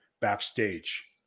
backstage